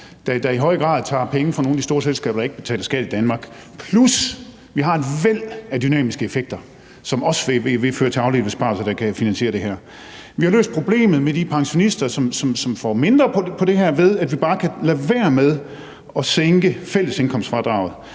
der i høj grad tager penge fra nogle af de store selskaber, der ikke betaler skat i Danmark, plus at vi har et væld af dynamiske effekter, som også vil føre til afledte besparelser, der kan finansiere det. Vi har løst problemet med de pensionister, som får mindre på grund af det her, ved at vi bare kan lade være med at sænke fællesindkomstfradraget.